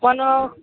hello